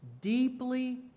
deeply